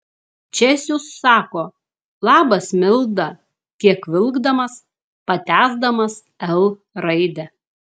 česius sako labas milda kiek vilkdamas patęsdamas l raidę